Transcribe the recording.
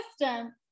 system